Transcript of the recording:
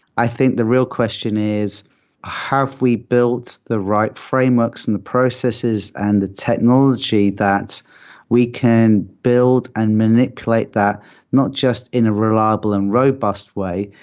i think the real question is have we built the right frameworks and the processes and the technology that we can build and manipulate that not just in a reliable and robust way,